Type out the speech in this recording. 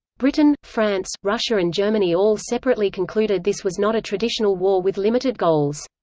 britain, france, russia and germany all separately concluded this was not a traditional war with limited goals.